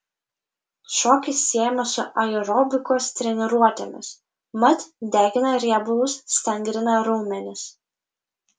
šokis siejamas su aerobikos treniruotėmis mat degina riebalus stangrina raumenis